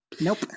nope